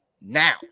now